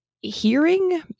hearing